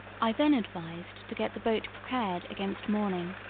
i then advised to get the boat prepared against morning,